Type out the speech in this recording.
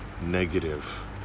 negative